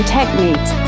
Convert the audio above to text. techniques